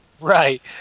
Right